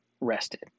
rested